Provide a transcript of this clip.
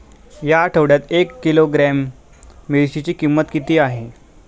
या आठवड्यात एक किलोग्रॅम मिरचीची किंमत किती आहे?